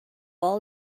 all